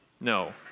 No